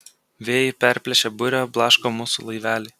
vėjai perplėšę burę blaško mūsų laivelį